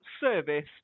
service